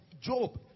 job